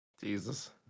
Jesus